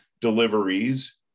deliveries